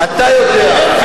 אתה יודע.